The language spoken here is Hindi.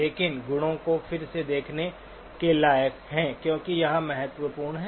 लेकिन गुणों को फिर से देखने के लायक है क्योंकि यह महत्वपूर्ण है